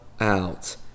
out